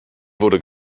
wurde